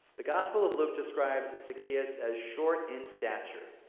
the gospel of luke describes and zacchaeus as short in stature.